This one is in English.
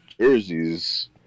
jerseys